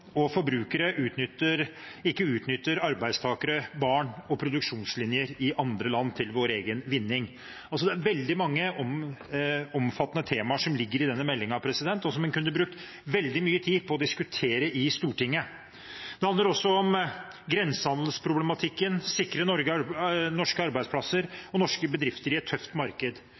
og forbrukere ikke utnytter arbeidstakere, barn og produksjonslinjer i andre land til vår egen vinning. Det er altså veldig mange omfattende temaer som ligger i denne meldingen, og som en kunne brukt veldig mye tid på å diskutere i Stortinget. Det handler også om grensehandelsproblematikken og å sikre norske arbeidsplasser og norske bedrifter i et tøft marked.